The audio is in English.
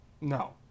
No